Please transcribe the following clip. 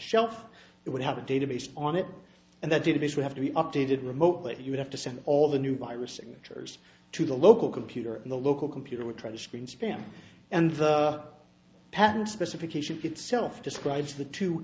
shelf it would have a database on it and that database we have to be updated remote that you have to send all the new virus signatures to the local computer in the local computer would try to screen spam and the patent specification itself describes the two